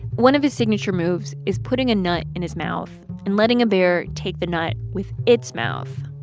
one of his signature moves is putting a nut in his mouth and letting a bear take the nut with its mouth,